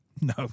No